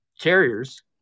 carriers